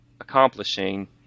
accomplishing